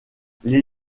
les